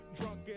drunk